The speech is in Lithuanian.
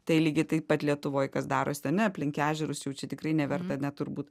tai lygiai taip pat lietuvoj kas daros ane aplink ežerus jau čia tikrai neverta net turbūt